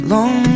Long